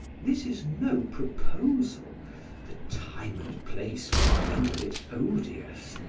this is no proposal the time and place would render it odious.